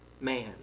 man